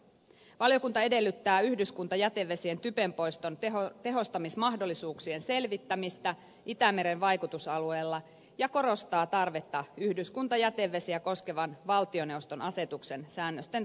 valiokunta edellyttää yhdyskuntajätevesien typenpoiston tehostamismahdollisuuksien selvittämistä itämeren vaikutusalueella ja korostaa tarvetta yhdyskuntajätevesiä koskevan valtioneuvoston asetuksen säännösten tarkistamiseen